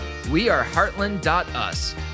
weareheartland.us